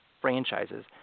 franchises